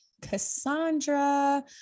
Cassandra